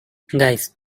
guys